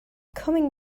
coming